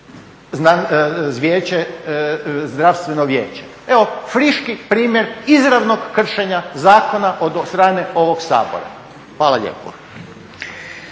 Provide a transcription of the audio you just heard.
zdravstveno vijeće. Evo friški primjer izravnog kršenja zakona od strane ovog Sabora. Hvala lijepo.